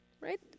right